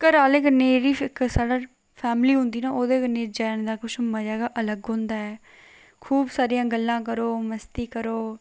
घरै आह्लें कन्नै जेहड़ी साढ़ा फैमिली होंदी ना ओह्दे कन्नै जाने दा किश मजा गै अलग होंदा ऐ खूब सारियां गल्ला करो मस्ती करो